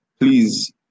Please